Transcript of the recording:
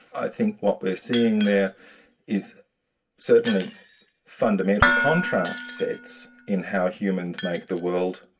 i think what we're seeing there is certainly fundamental contrast sets in how humans make the world,